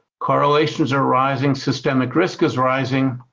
correlations are rising, systemic risk is rising